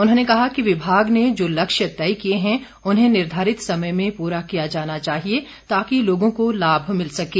उन्होंने कहा कि विभाग ने जो लक्ष्य तय किए हैं उन्हें निर्धारित समय में पूरा किया जाना चाहिए ताकि लोगों को लाभ मिल सकें